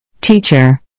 Teacher